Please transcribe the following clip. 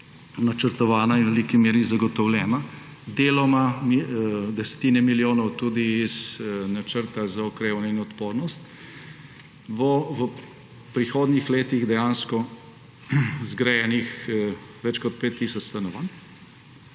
načrtovana in v veliki meri zagotovljena, deloma desetine milijonov tudi iz načrta za okrevanje in odpornost, bo v prihodnjih letih dejansko zgrajenih več kot pet tisoč stanovanj.